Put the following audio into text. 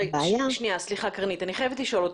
הבעיה --- סליחה, קרנית, אני חייבת לשאול אותך,